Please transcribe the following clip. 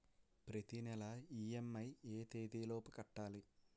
ప్రతినెల ఇ.ఎం.ఐ ఎ తేదీ లోపు కట్టాలి?